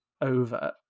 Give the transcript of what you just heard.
over